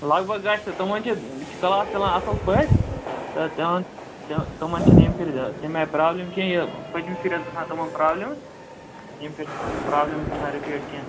لگ بگ گَژھِ تِمن چھِ کٕلاس چَلان اَصٕل پٲٹھۍ تہٕ تِمن تِمن چھَنہٕ ییٚمہِ پھِرِ تیٚمہِ آیہِ پرٛابلِم کیٚنٛہہ یہِ پٔتۍمہِ پھِرِ ٲس گَژھان تِمن پرٛابلِٕز ییٚمہِ پھِرِ پرٛابلِمٕز گَژھان رِپیٖٹ کیٚنٛہہ